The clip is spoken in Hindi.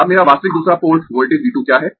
अब मेरा वास्तविक दूसरा पोर्ट वोल्टेज V 2 क्या है